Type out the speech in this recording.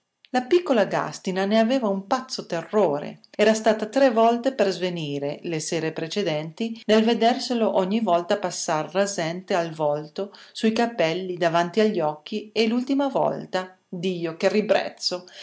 la piccola gàstina ne aveva un pazzo terrore era stata tre volte per svenire le sere precedenti nel vederselo ogni volta passar rasente al volto sui capelli davanti agli occhi e l'ultima volta dio che ribrezzo